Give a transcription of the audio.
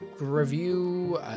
review